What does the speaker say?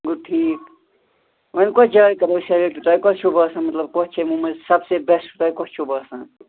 گوٚو ٹھیٖک وۅنۍ کۄس جاے کَرو سِلٮ۪کٹہٕ تۄہہِ کۄس چھُو باسان مطلب کۄس چھِ یِمو منٛز سب سے بٮ۪سٹ تۄہہِ کۄس چھُو باسان